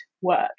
work